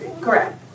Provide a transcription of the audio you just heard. Correct